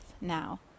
now